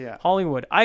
Hollywood